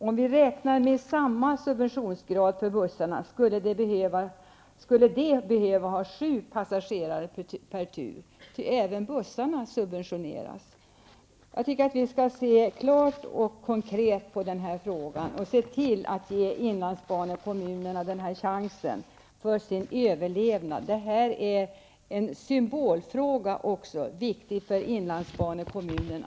Om vi räknar med samma subventionsgrad för bussarna, skulle de behöva ha sju passagerare per tur, ty även bussarna subventioneras. Jag tycker att vi skall se klart och konkret på frågan och se till att ge inlandsbanekommunerna den här chansen till överlevnad. Det är en symbolfråga också, viktig för inlandsbanekommunerna.